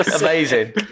Amazing